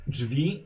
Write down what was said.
Drzwi